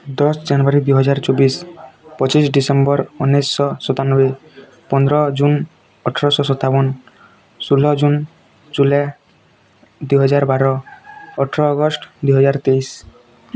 ଦଶ ଜାନୁଆରୀ ଦୁଇ ହଜାର ଚବିଶ ପଚିଶ ଡିସେମ୍ବର ଉଣେଇଶହ ସତାନବେ ପନ୍ଦର ଜୁନ ଅଠର ଶହ ସତାବନ ଷୋହଳ ଜୁନ ଦୁଇ ହଜାର ବାର ଅଠର ଅଗଷ୍ଟ ଦୁଇ ହଜାର ତେଇଶ